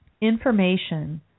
information